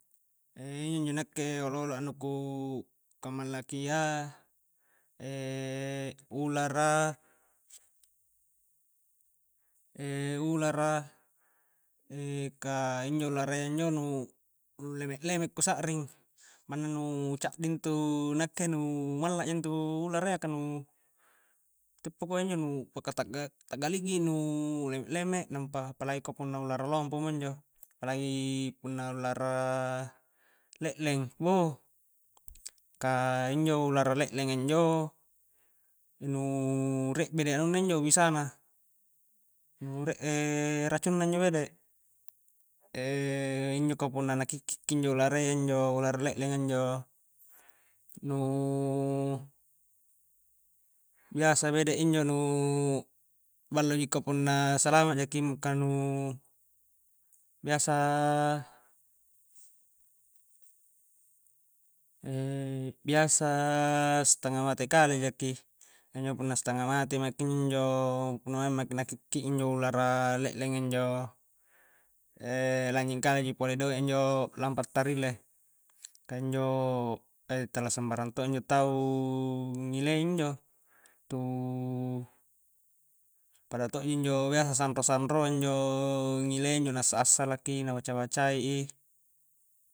Einjo ji nakke olo-oloa nu ku ka mallakia ulara ulara ka injo ulara iya njo nu'leme-leme ku sa'ring manna nu caddi intu nakke nu malla intu ulara iya ka nu ntepakua injo nu paka ta'ga-ta'galikgi nu'leme-leme nampa apalagi ka punna ulara lompo minjo apalagi punna ulara lekleng wohh ka injo ulara leklengnga injo nu rie bede anunna injo bisana nu rie racunna injo bede injo ka punna na kikki ki injo ularayya injo ulara leklengnga injo nu biasa bede injo nu balloji ka punna salama jaki ka nu biasa biasa setengah mate kali jaki injo punna setengah mate maki injo-injo punna maing maki na kikki injo ulara leklengnga injo lannying kale ji pole doik a injo lampa tarile ka injo tala sambarang to injo tau ngilei injo tu pada to' ji injo biasa sanro-sanroa injo ngilei injo na assa-assalaki na baca-bacai ii